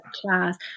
class